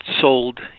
sold